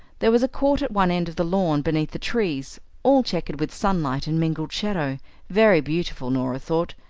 there was a court at one end of the lawn beneath the trees, all chequered with sunlight and mingled shadow very beautiful, norah thought,